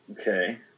Okay